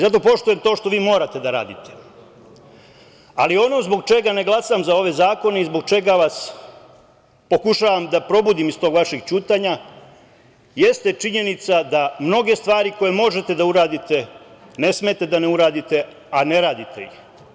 Zato poštujem to što vi morate da radite, ali ono zbog čega ne glasam za ove zakone i zbog čega pokušavam da vas probudim iz tog vašeg ćutanja jeste činjenica da mnoge stvari koje možete da uradite ne smete da ne uradite, a ne radite ih.